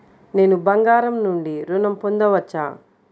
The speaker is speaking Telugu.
నేను బంగారం నుండి ఋణం పొందవచ్చా?